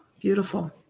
beautiful